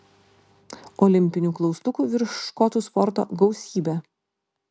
olimpinių klaustukų virš škotų sporto gausybė